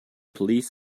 please